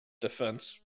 defense